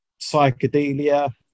psychedelia